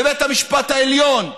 בבית המשפט העליון,